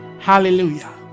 Hallelujah